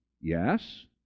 Yes